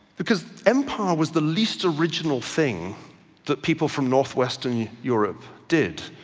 because empire was the least original thing that people from northwestern europe did.